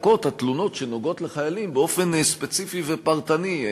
נבדקות התלונות שנוגעות לחיילים באופן ספציפי ופרטני.